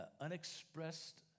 unexpressed